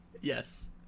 Yes